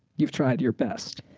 you've tried your best.